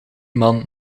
man